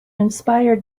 inspired